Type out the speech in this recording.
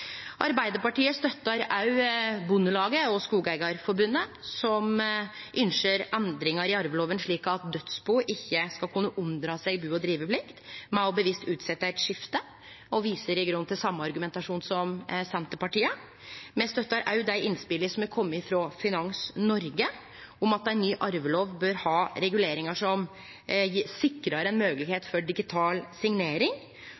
Arbeidarpartiet støttar òg Bondelaget og Skogeigarforbundet, som ynskjer endringar i arveloven, slik at dødsbu ikkje skal kunne unndra seg bu- og driveplikt med bevisst å utsetje eit skifte, og viser i grunnen til same argumentasjonen som Senterpartiet har. Me støttar òg dei innspela som er komne frå Finans-Noreg, om at ein ny arvelov bør ha reguleringar som